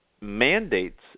mandates